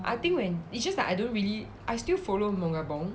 I think when it's just like I don't really I still follow mongabong